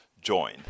join